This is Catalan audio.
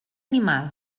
animal